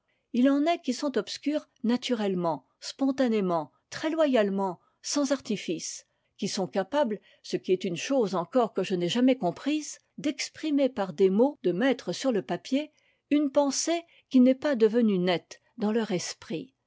il en est qui sont obscurs naturellement spontanément très loyalement sans artifice qui sont capables ce qui est une chose encore que je n'ai jamais comprise d'exprimer par des mots de mettre sur le papier une pensée qui n'est pas devenue nette dans leur esprit